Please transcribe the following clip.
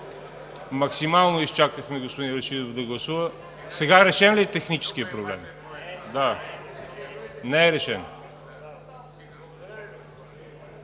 Максимално изчакахме господин Рашидов да гласува. Решен ли е техническият проблемът? Не е решен?